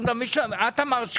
את אמרת שקיפות,